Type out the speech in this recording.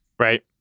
right